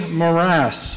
morass